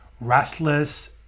restless